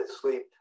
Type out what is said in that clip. sleep